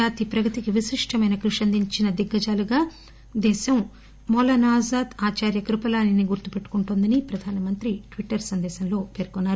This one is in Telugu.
జాతి ప్రగతికి విశిష్టమైన కృషి అందించిన దిగ్గజాలుగా జాతి మౌలానా ఆజాద్ ఆచార్య కృపలానీ గుర్తు పెట్టుకుంటుందని ప్రధాని ట్విట్టర్లో పేర్కొన్నారు